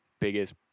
biggest